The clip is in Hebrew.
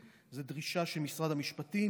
זו דרישה של משרד המשפטים,